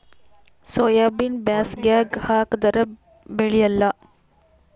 ಸೋಯಾಬಿನ ಬ್ಯಾಸಗ್ಯಾಗ ಹಾಕದರ ಬೆಳಿಯಲ್ಲಾ?